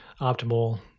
optimal